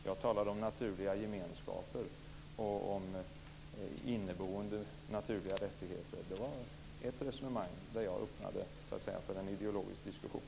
Jag talade om naturliga gemenskaper och om inneboende naturliga rättigheter. Det var ett resonemang där jag öppnade för en ideologisk diskussion.